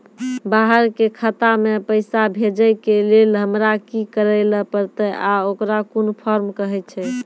बाहर के खाता मे पैसा भेजै के लेल हमरा की करै ला परतै आ ओकरा कुन फॉर्म कहैय छै?